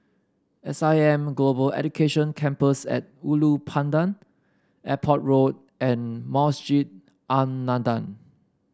S I M Global Education Campus at Ulu Pandan Airport Road and Masjid An Nahdhah